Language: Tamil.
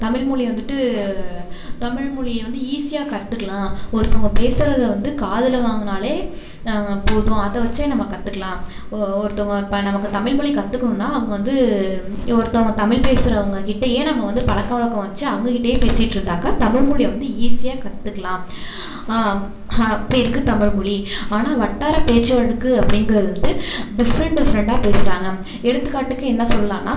தமிழ்மொலி வந்துட்டு தமிழ்மொழியை வந்து ஈஸியாக கற்றுக்கலாம் ஒருத்தவங்க பேசுகிறத வந்து காதில் வாங்கினாலே போதும் அதை வச்சே நம்ம கற்றுக்கலாம் ஓ ஒருத்தவங்க இப்போ நமக்கு தமிழ்மொலி கத்துக்கணும்னால் அவங்க வந்து ஒருத்தவங்க தமிழ் பேசுகிறவங்ககிட்டயே நம்ம வந்து பழக்கவலக்கம் வச்சு அவங்ககிட்டயே பேசிகிட்ருந்தாக்கா தமிழ்மொழியை வந்து ஈஸியாக கற்றுக்கலாம் அப்படி இருக்குது தமிழ்மொழி ஆனால் வட்டார பேச்சு வழக்கு அப்படிங்கிறது வந்துட்டு டிஃப்ரெண்ட் டிஃப்ரெண்ட்டாக பேசுகிறாங்க எடுத்துக்காட்டுக்கு என்ன சொல்லலான்னா